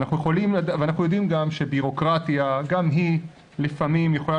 ואנחנו יודעים שגם ביורוקרטיה לפעמים יכולה